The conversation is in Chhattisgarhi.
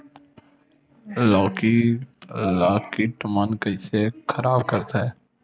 लौकी ला कीट मन कइसे खराब करथे?